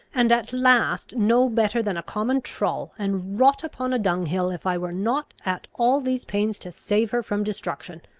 and at last no better than a common trull, and rot upon a dunghill, if i were not at all these pains to save her from destruction.